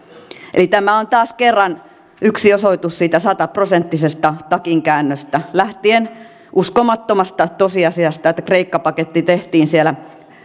eli tämä on taas kerran yksi osoitus siitä sataprosenttisesta takinkäännöstä lähtien uskomattomasta tosiasiasta että kreikka paketti tehtiin siellä